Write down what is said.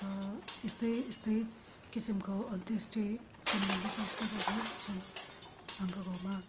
अन्त यस्तै यस्तै किसिमको अन्त्येष्टि सम्बन्धि संस्कारहरू छन् हाम्रो गाउँमा